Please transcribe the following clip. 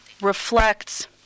reflects